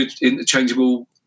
interchangeable